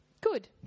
Good